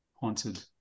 haunted